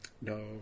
No